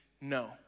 No